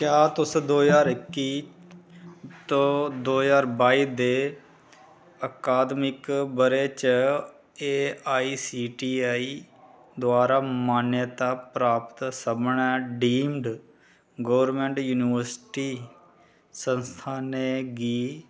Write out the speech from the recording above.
क्या तुस दो ज्हार इक्की दो ज्हार बाई दे आकादमिक ब'रे च A I C T I द्वारा मान्यता प्राप्त सभनें डिन्गड गौरमेंट युनिवर्सिटी संस्थानें गी